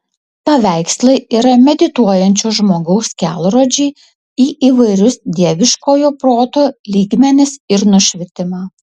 paveikslai yra medituojančio žmogaus kelrodžiai į įvairius dieviškojo proto lygmenis ir nušvitimą